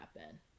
happen